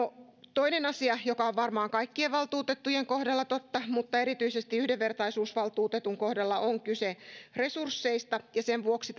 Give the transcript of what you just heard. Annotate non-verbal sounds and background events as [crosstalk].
toinen asia joka on varmaan kaikkien valtuutettujen kohdalla totta mutta erityisesti yhdenvertaisuusvaltuutetun kohdalla on kyse resursseista sen vuoksi [unintelligible]